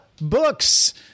books